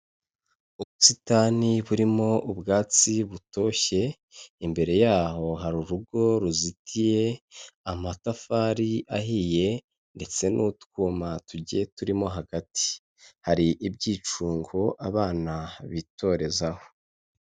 Ubusitani burimo ubwatsi butoshye imbere yaho hari urugo ruzitiye amatafari ahiye ndetse n'utwuma tugiye turimo hagati hari ibyicungo abana bitorezaho.